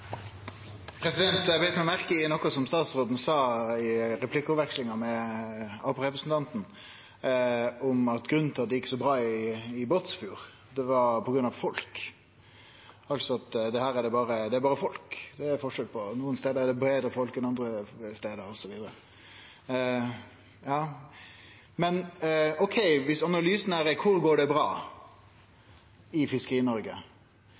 Eg beit meg merke i noko som statsråden sa i replikkordvekslinga med arbeidarpartirepresentanten, om at grunnen til at det gjekk så bra i Båtsfjord, var folk – altså er det berre at det er forskjell på folk, nokre stader er det betre folk enn andre stader. Viss analysen er: Kvar går det bra i